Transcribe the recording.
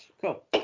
Cool